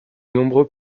nombreux